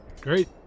great